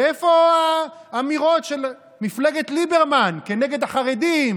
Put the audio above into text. ואיפה האמירות של מפלגת ליברמן כנגד החרדים?